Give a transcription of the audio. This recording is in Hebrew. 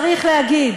צריך להגיד,